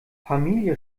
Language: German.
familie